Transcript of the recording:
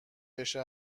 بشه